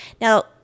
Now